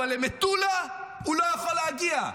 אבל למטולה הוא לא יכול להגיע.